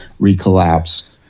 recollapse